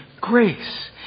Grace